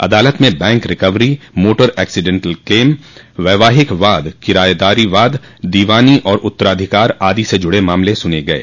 अदालत में bank recovery motor accident claim वैवाहिक वाद किरायेदारी वाद दीवानी और उत्तराधिकार आदि से जुड़े मामले सुने गये